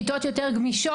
כיתות יותר גמישות.